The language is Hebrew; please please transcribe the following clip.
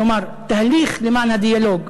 כלומר, תהליך למען הדיאלוג,